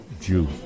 Jew